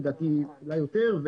ולדעתי אולי יותר.